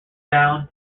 down